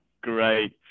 Great